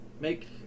make